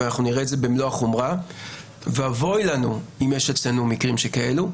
אנחנו נראה את זה במלוא החומרה ואבוי לנו אם יש אצלנו מקרים שכאלה.